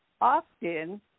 often